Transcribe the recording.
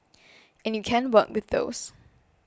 and you can work with those